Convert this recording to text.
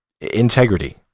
integrity